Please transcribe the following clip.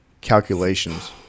calculations